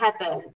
heaven